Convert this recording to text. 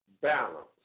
balance